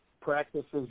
practices